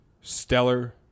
stellar